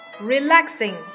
relaxing